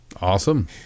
Awesome